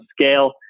scale